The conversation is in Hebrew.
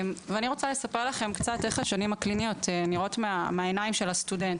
אני רוצה לספר לכם קצת איך השנים הקליניות נראות מהעיניים של הסטודנט.